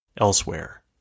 elsewhere